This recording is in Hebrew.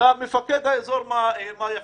למפקד האזור מה להחליט.